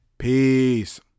Peace